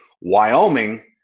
Wyoming